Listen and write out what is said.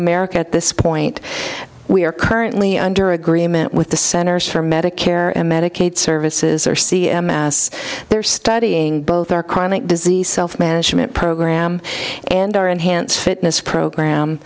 america at this point we are currently under agreement with the centers for medicare and medicaid services or c m s they're studying both our chronic disease self management program and our enhanced fitness program